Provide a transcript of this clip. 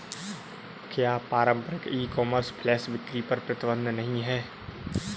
क्या पारंपरिक e-commerce flash बिक्री पर प्रतिबंध नहीं है?